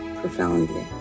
profoundly